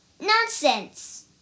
Nonsense